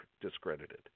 discredited